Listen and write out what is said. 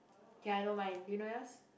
K I don't mind do you know yours